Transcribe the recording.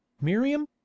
Miriam